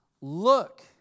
Look